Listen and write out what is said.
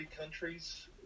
countries